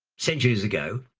centuries ago,